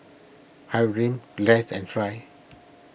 Hyrum Less and Try